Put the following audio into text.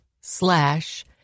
slash